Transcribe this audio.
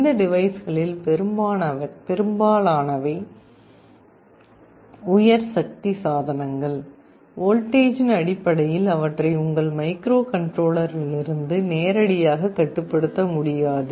இந்த டிவைஸ்களில் பெரும்பாலானவை உயர் சக்தி சாதனங்கள் வோல்டேஜின் அடிப்படையில் அவற்றை உங்கள் மைக்ரோகண்ட்ரோலரிலிருந்து நேரடியாக கட்டுப்படுத்த முடியாது